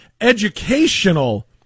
educational